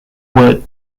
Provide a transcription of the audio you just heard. word